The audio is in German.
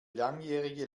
langjährige